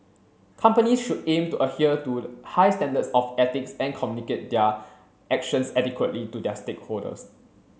companies should aim to adhere to high standards of ethics and communicate their actions adequately to their stakeholders